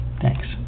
Thanks